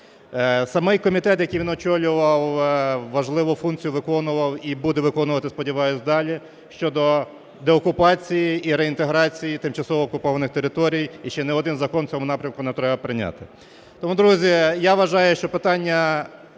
Самий комітет, який він очолював, важливу функцію виконував і буде виконувати, сподіваюсь, далі щодо деокупації і реінтеграції тимчасово окупованих територій, і ще не один закон в цьому напрямку нам треба прийняти. Тому друзі, я вважаю, що питання